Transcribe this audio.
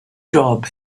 job